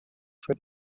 for